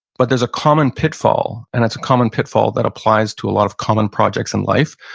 but there's a common pitfall and it's a common pitfall that applies to a lot of common projects in life,